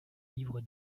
livre